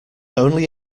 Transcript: only